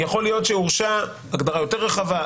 יכול להיות שהורשע - הגדרה יותר רחבה,